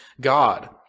God